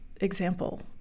example